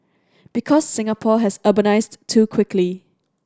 because Singapore has urbanised too quickly